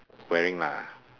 wearing lah